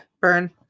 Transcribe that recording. Burn